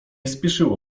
spieszyło